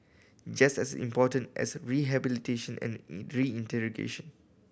just as important as rehabilitation and reintegration